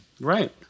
Right